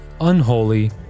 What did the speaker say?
unholy